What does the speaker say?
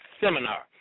seminar